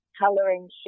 Coloring